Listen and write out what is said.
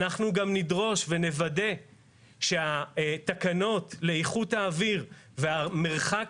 נדרוש ונוודא שהתקנות לאיכות האוויר והמרחק